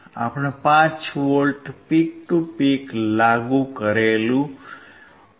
આપણે 5 V peak to peak લાગુ કર્યું છે